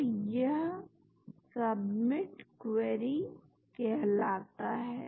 तो यह submit query कहलाता है